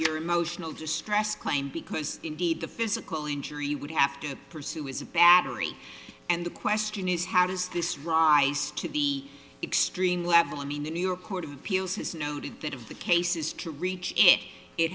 your emotional distress claim because indeed the physical injury would have to pursue is a battery and the question is how does this rise to the extreme level i mean the new york court of appeals has noted that of the cases to reach it it